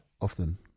often